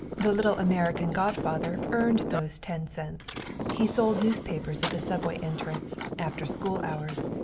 the little american godfather earned those ten cents he sold newspapers at the subway entrance, after school hours,